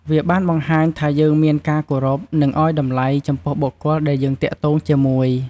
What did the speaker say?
វាបានបង្ហាញថាយើងមានការគោរព និងអោយតម្លៃ ចំពោះបុគ្គលដែលយើងទាក់ទងជាមួយ។